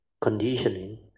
conditioning